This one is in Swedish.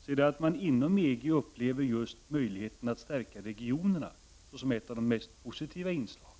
så är det att man inom EG upplever just möjligheten att stärka regionerna som ett av de mest positiva inslagen.